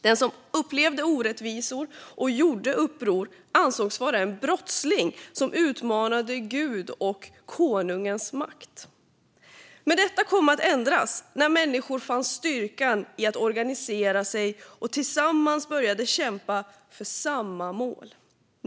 Den som upplevde orättvisor och gjorde uppror ansågs vara en brottsling som utmanade Gud och konungens makt. Men detta kom att ändras när människor fann styrkan i att organisera sig och tillsammans började kämpa för samma mål.